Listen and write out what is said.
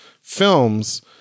films